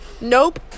Nope